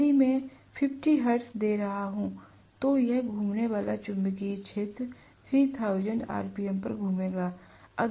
यदि मैं 50 हर्ट्ज दे रहा हूं तो यह घूमने वाला चुंबकीय क्षेत्र 3000 आरपीएम पर घूमेगा